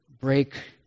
break